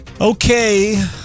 Okay